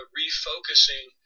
refocusing